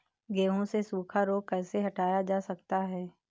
गेहूँ से सूखा रोग कैसे हटाया जा सकता है?